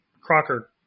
Crocker